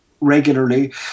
regularly